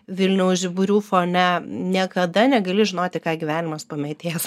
vilniaus žiburių fone niekada negali žinoti ką gyvenimas pamėtės